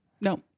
No